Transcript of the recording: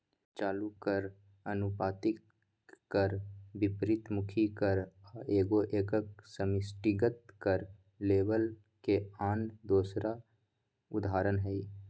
चालू कर, अनुपातिक कर, विपरितमुखी कर आ एगो एकक समष्टिगत कर लेबल के आन दोसर उदाहरण हइ